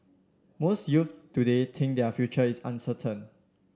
most youth today think that their future is uncertain